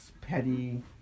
petty